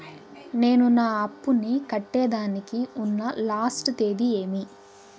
నేను నా అప్పుని కట్టేదానికి ఉన్న లాస్ట్ తేది ఏమి?